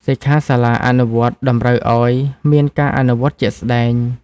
សិក្ខាសាលាអនុវត្តន៍តម្រូវឲ្យមានការអនុវត្តជាក់ស្ដែង។